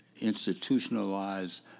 institutionalized